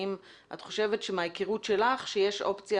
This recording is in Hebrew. האם את חושבת מההיכרות שלך שיש אופציה